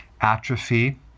atrophy